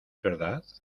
verdad